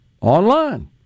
online